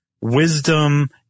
wisdom